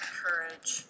courage